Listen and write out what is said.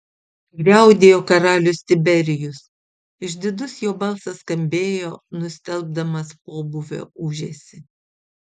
griaudėjo karalius tiberijus išdidus jo balsas skambėjo nustelbdamas pobūvio ūžesį